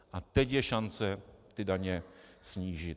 A teď je šance ty daně snížit.